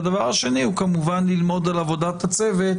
והדבר השני הוא כמובן ללמוד על עבודת הצוות,